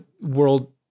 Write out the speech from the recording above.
world